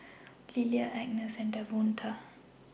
Lilia Agness and Davonta